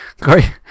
great